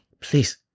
Please